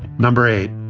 number eight,